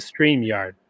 StreamYard